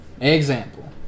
Example